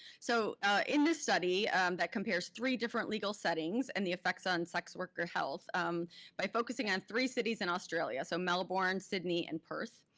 so in this study that compares three different legal settings and the effects on sex worker health um by focusing on three cities in australia, so melbourne, sydney, and perth.